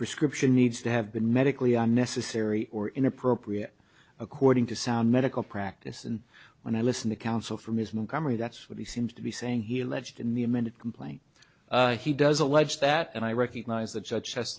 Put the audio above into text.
prescription needs to have been medically unnecessary or inappropriate according to sound medical practice and when i listen to counsel from his newcomer that's what he seems to be saying he alleged in the amended complaint he does allege that and i recognize the judge